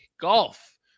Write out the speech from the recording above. golf